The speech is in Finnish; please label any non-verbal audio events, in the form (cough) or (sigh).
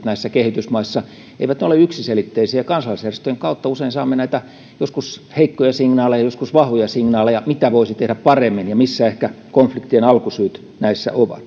(unintelligible) näissä kehitysmaissa esimerkiksi alkuperäiskansakysymykset ympäristökysymykset eivätkä ne ole yksiselitteisiä niin kansalaisjärjestöjen kautta usein saamme joskus heikkoja signaaleja ja joskus vahvoja signaaleja siitä mitä voisi tehdä paremmin ja missä ehkä konfliktien alkusyyt näissä ovat